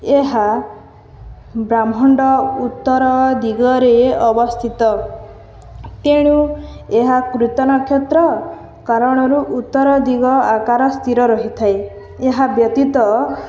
ଏହା ବ୍ରହ୍ମାଣ୍ଡ ଉତ୍ତର ଦିଗରେ ଅବସ୍ଥିତ ତେଣୁ ଏହା କୃର୍ତ୍ତନକ୍ଷେତ୍ର କାରଣରୁ ଉତ୍ତର ଦିଗ ଆକାର ସ୍ଥିର ରହିଥାଏ ଏହା ବ୍ୟତୀତ